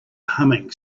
humming